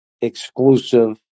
exclusive